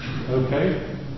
Okay